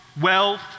wealth